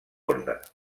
orde